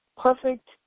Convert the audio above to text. perfect